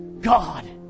God